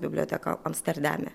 biblioteka amsterdame